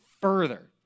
further